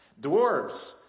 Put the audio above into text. Dwarves